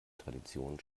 tradition